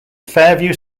fairview